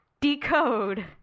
decode